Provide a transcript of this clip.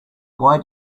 why